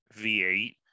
V8